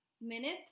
minute